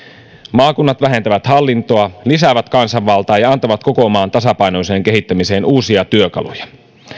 maakunnat vähentävät hallintoa lisäävät kansanvaltaa ja ja antavat koko maan tasapainoiseen kehittämiseen uusia työkaluja